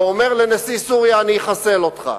ואומר לנשיא סוריה: אני אחסל אותך.